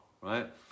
right